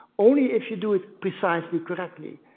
only if you do it precisely correctly,